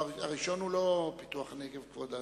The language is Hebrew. הראשון הוא לא פיתוח הנגב, כבודו.